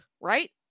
right